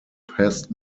pest